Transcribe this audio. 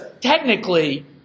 technically